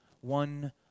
one